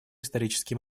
исторический